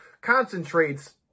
concentrates